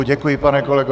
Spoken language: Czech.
Děkuji, pane kolego.